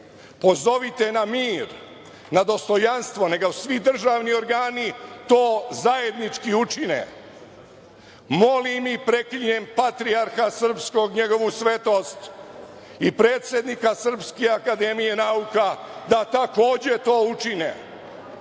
pozovite na mir, na dostojanstvo, neka svi državni organi to zajednički učine, molim i preklinjem patrijarha srpskog Njegovu svetost i predsednika SANU, da takođe to učine. Valjda